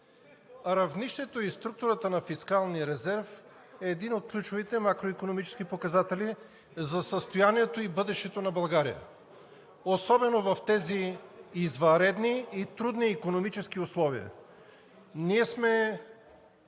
равнището и структурата на фискалния резерв е един от ключовите макроикономически показатели за състоянието и бъдещето на България особено в тези извънредни и трудни икономически условия.